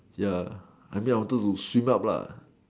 ya I mean I wanted to swim up lah